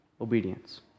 obedience